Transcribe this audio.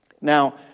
Now